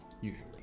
usually